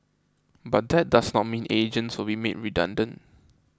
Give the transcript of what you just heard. but that does not mean agents will be made redundant